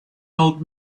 old